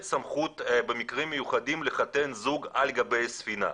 סמכות במקרים מיוחדים לחתן זוג על גבי ספינה.